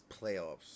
playoffs